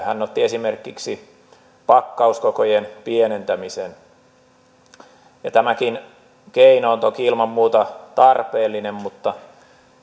hän otti esimerkiksi pakkauskokojen pienentämisen ja tämäkin keino on toki ilman muuta tarpeellinen mutta